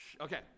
okay